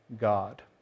God